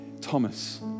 Thomas